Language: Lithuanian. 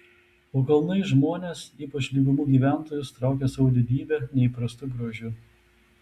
o kalnai žmones ypač lygumų gyventojus traukia savo didybe neįprastu grožiu